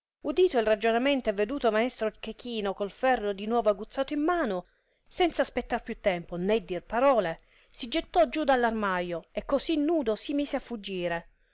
udito il ragionamento e veduto maestro chechino col ferro di nuovo aguzzato in mano senza aspettar più tempo né dir parole si gettò giù dell armaio e così nudo si mise a fuggire